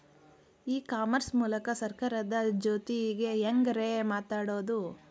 E commerce ಮೂಲಕ ಸರ್ಕಾರದ ಜೊತಿಗೆ ಹ್ಯಾಂಗ್ ರೇ ಮಾತಾಡೋದು?